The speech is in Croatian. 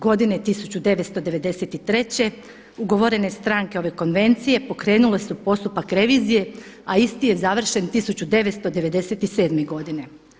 Godine 1993. ugovorene stranke ove konvencije pokrenule su postupak revizije, a isti je završen 1997. godine.